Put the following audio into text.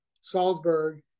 Salzburg